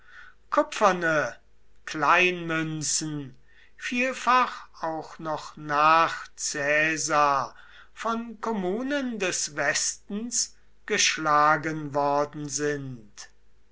kupferne kleinmünzen vielfach auch noch nach caesar von kommunen des westens geschlagen worden sind